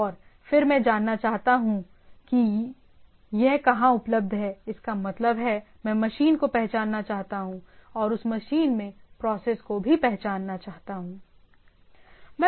और फिर मैं जानना चाहता हूं कि यह कहां उपलब्ध है इसका मतलब है मैं मशीन को पहचानना चाहता हूं और उस मशीन में प्रोसेस को भी पहचानना चाहता हूं